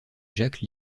jacques